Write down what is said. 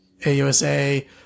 AUSA